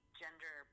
gender